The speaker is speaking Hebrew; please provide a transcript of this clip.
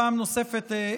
פעם נוספת,